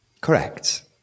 Correct